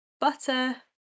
butter